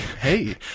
Hey